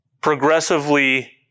progressively